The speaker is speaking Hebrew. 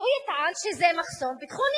יטען שזה מחסום ביטחוני.